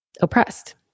oppressed